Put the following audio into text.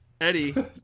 Eddie